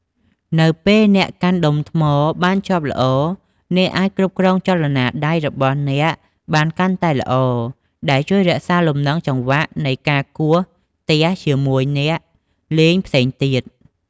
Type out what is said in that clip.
នៅពេលអ្នកកាន់ដុំថ្មបានជាប់ល្អ អ្នកអាចគ្រប់គ្រងចលនាដៃរបស់អ្នកបានកាន់តែល្អ ដែលជួយរក្សាលំនឹងចង្វាក់នៃការគោះទះជាមួយអ្នកលេងផ្សេងទៀត។